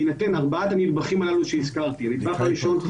בהינתן ארבעת הנדבכים הללו שהזכרתי הנדבך הראשון,